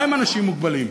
מה הם אנשים מוגבלים?